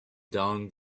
down